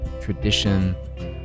tradition